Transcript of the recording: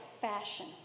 fashion